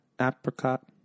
apricot